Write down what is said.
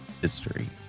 history